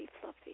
fluffy